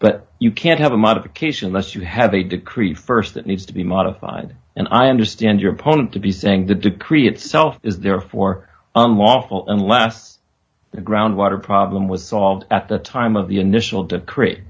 but you can't have a modification unless you have a decree st that needs to be modified and i understand your opponent to be saying the decree itself is there for unlawful unless the groundwater problem was solved at the time of the initial